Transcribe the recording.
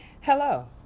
Hello